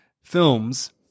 films